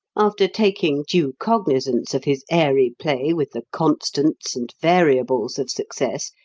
after taking due cognizance of his airy play with the constants and variables of success,